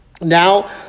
now